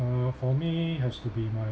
uh for me has to be my